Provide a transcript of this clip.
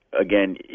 Again